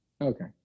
Okay